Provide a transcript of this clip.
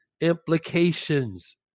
implications